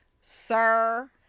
sir